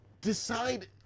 decide